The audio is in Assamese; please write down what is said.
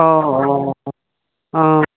অঁ অঁ অঁ